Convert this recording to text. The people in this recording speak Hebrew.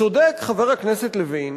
צודק חבר הכנסת לוין